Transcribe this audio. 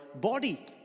body